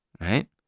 right